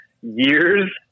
years